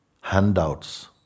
Handouts